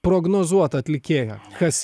prognozuot atlikėją kas